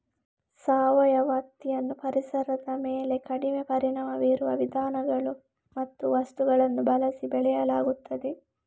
ಸಾವಯವ ಹತ್ತಿಯನ್ನು ಪರಿಸರದ ಮೇಲೆ ಕಡಿಮೆ ಪರಿಣಾಮ ಬೀರುವ ವಿಧಾನಗಳು ಮತ್ತು ವಸ್ತುಗಳನ್ನು ಬಳಸಿ ಬೆಳೆಯಲಾಗುತ್ತದೆ